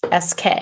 SK